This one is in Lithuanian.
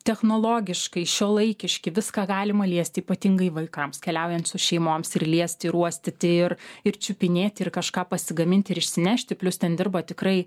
technologiškai šiuolaikiški viską galima liesti ypatingai vaikams keliaujant su šeimoms ir liesti uostyti ir ir čiupinėti ir kažką pasigaminti ir išsinešti plius ten dirba tikrai